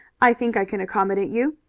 i think i can accommodate you.